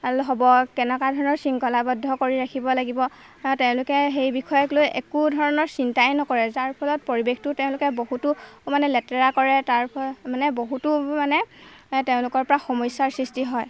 ভাল হ'ব কেনেকুৱা ধৰণৰ শৃংখলাবদ্ধ কৰি ৰাখিব লাগিব তেওঁলোকে সেই বিষয়কলৈ একো ধৰণৰ চিন্তাই নকৰে যাৰ ফলত পৰিৱেশটো তেওঁলোকে বহুতো মানে লেতেৰা কৰে তাৰ ফ মানে বহুতো মানে তেওঁলোকৰ পৰা সমস্যাৰ সৃষ্টি হয়